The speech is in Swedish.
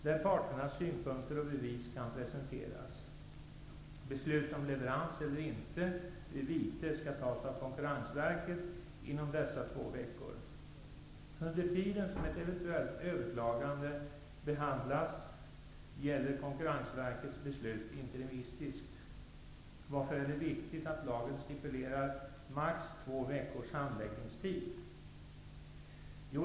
Där kan parternas synpunkter och bevis presenteras. Konkurrensverket skall inom dessa två veckor fatta beslut om leverans eller inte vid vite. Under den tid som ett eventuellt överklagande behandlas gäller Konkurrensverkets beslut interimistiskt. Varför är det viktigt att lagen stipulerar maximalt två veckors handläggningstid?